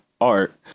art